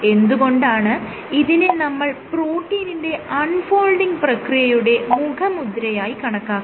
എന്ത് കൊണ്ടാണ് ഇതിനെ നമ്മൾ പ്രോട്ടീനിന്റെ അൺ ഫോൾഡിങ് പ്രക്രിയയുടെ മുഖമുദ്രയായി കണക്കാക്കുന്നത്